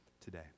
today